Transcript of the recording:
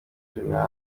gen